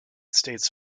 states